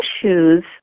issues